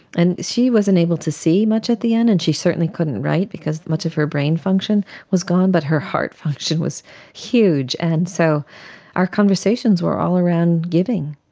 and she wasn't able to see much at the end and she certainly couldn't write because much of her brain function was gone, but her heart function was huge. and so our conversations were all around giving.